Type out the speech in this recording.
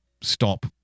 Stop